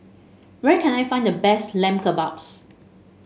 where can I find the best Lamb Kebabs